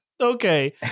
Okay